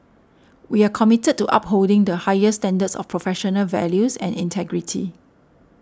we are committed to upholding the highest standards of professional values and integrity